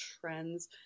trends